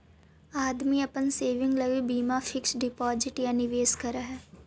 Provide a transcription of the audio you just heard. आदमी अपन सेविंग लगी बीमा फिक्स डिपाजिट या निवेश करऽ हई